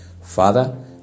Father